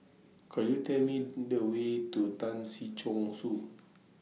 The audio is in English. Could YOU Tell Me to The Way to Tan Si Chong Su